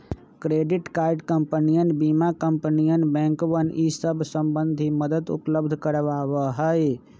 credit card कंपनियन बीमा कंपनियन बैंकवन ई सब संबंधी मदद उपलब्ध करवावा हई